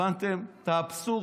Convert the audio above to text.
הבנתם את האבסורד?